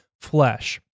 flesh